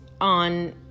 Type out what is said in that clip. on